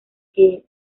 que